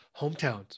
Hometowns